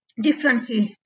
differences